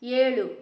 ಏಳು